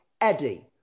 Eddie